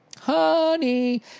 Honey